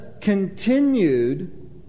continued